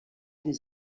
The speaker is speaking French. des